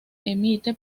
emite